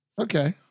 Okay